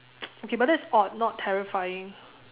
okay but that's odd not terrifying